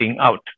out